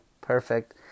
perfect